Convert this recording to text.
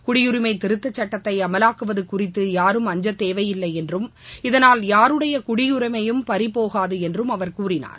குடியுரிமைதிருத்தசட்டத்தைஅமலாக்குவதுகுறித்துயாரும் அஞ்சத்தேவையில்லைஎன்றும் இதனால் யாருடையகுடியுரிமையும் பறிபோகாதுஎன்றும் அவர் கூறினார்